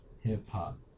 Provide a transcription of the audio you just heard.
hip-hop